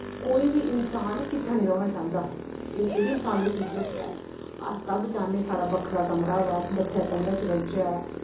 कोई बी इंसान किट्ठा निं रौह्ना चाहंदा एह् बी इंसान दी फितरत गै ऐ अस सब चाह्ने साढ़ा बक्खरा कमरा होऐ अस बक्खरे कमरे च रौह्चै